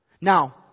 Now